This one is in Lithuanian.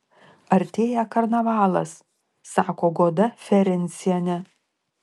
artėja karnavalas sako goda ferencienė